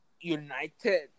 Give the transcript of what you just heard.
United